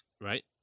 right